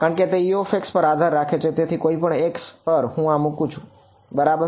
કારણ કે તે Ux પર આધાર રાખે છે તેથી કોઈપણ x પર હું આ મુકું છું બરાબર